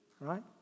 right